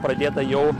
pradėta jau